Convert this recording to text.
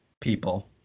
people